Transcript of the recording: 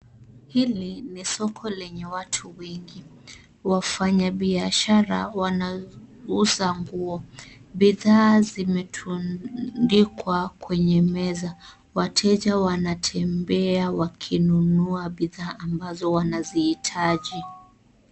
Hili ni soko lenye watu wengi, wafanya biashara wanauza nguo. Bidhaa zimetundikwa kwenye meza. Wateja wanatembea wakinunua bidhaa ambazo wanazihitaji.